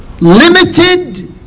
limited